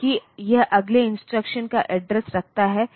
क्योंकि यह अगले इंस्ट्रक्शन का एड्रेस रखता है